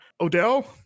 odell